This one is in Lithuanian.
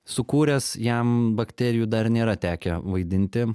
sukūręs jam bakterijų dar nėra tekę vaidinti